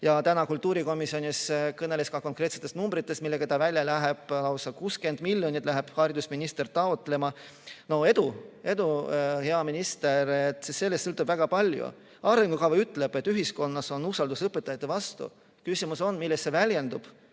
ja täna kultuurikomisjonis kõneles ka konkreetsetest numbritest, millega ta välja läheb. Lausa 60 miljonit läheb haridusminister taotlema. Edu, hea minister! Sellest sõltub väga palju. Arengukava ütleb, et ühiskonnas on usaldus õpetajate vastu. Küsimus on, milles see väljendub.